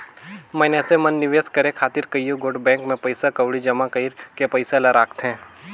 मइनसे मन निवेस करे खातिर कइयो गोट बेंक में पइसा कउड़ी जमा कइर के पइसा ल राखथें